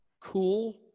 cool